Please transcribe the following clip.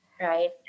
right